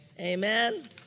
Amen